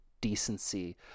decency